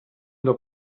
del